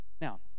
Now